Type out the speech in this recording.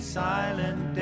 silent